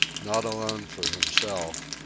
not alone for himself,